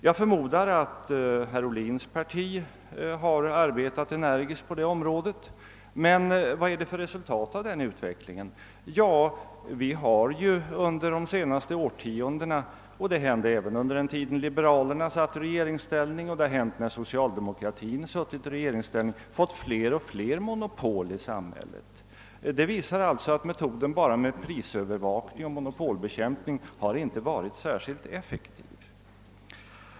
Jag förmodar att herr Ohlins parti har arbetat energiskt på den saken — men vad har resultatet blivit? Jo, vi har under de senaste årtiondena — det hände också under den tid då liberalerna satt i regeringsställning — fått fler och fler monopol i samhället. Det visar att metoden med enbart prisövervakning och monopolbekämpning inte har varit särskilt effektiv.